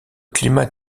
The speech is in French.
climat